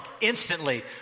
instantly